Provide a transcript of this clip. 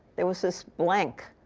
there was this blank.